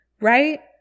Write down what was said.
right